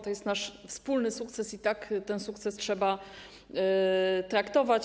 To jest nasz wspólny sukces i tak ten sukces trzeba traktować.